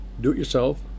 do-it-yourself